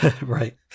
Right